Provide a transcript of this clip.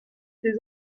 des